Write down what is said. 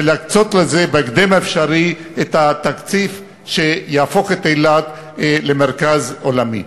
ולהקצות לזה בהקדם האפשרי את התקציב שיהפוך את אילת למרכז עולמי.